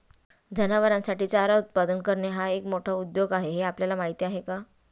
जनावरांसाठी चारा उत्पादन करणे हा एक मोठा उद्योग आहे हे आपल्याला माहीत आहे का?